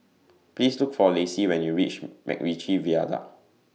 Please Look For Lacy when YOU REACH Macritchie Viaduct